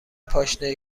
پاشنه